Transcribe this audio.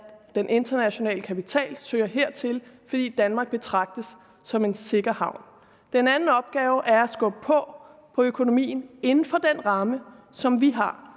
at den internationale kapital søger hertil, fordi Danmark betragtes som en sikker havn. Den anden opgave er at skubbe på på økonomien inden for den ramme, som vi har.